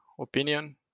opinion